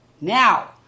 now